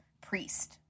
priest